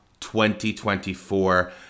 2024